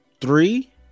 three